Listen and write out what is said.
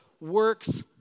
works